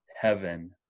heaven